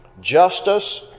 Justice